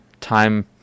Time